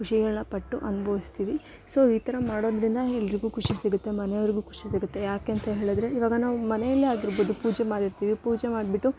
ಖುಷಿಗಳನ್ನ ಪಟ್ಟು ಅನ್ಭವ್ಸ್ತೀವಿ ಸೊ ಈ ಥರ ಮಾಡೋದರಿಂದ ಎಲ್ರಿಗೂ ಖುಷಿ ಸಿಗುತ್ತೆ ಮನೆಯವರಿಗೂ ಖುಷಿ ಸಿಗುತ್ತೆ ಯಾಕೆ ಅಂತ ಹೇಳಿದ್ರೆ ಇವಾಗ ನಾವು ಮನೇಲ್ಲೆ ಆಗಿರ್ಬೋದು ಪೂಜೆ ಮಾಡಿರ್ತೀವಿ ಪೂಜೆ ಮಾಡಿಬಿಟ್ಟು